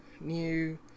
new